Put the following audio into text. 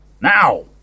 Now